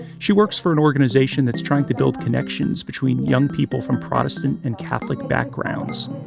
she works for an organization that's trying to build connections between young people from protestant and catholic backgrounds.